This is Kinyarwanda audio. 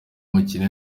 umukene